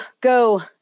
go